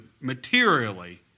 materially